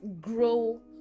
grow